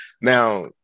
now